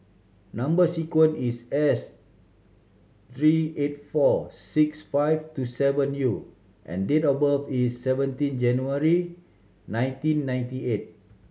number sequence is S three eight four six five two seven U and date of birth is seventeen January nineteen ninety eight